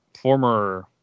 former